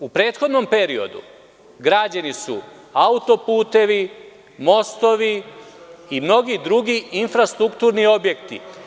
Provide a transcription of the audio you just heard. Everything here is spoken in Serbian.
U prethodnom periodu građeni su auto-putevi, mostovi i mnogi drugi infrastrukturni objekti.